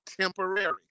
temporary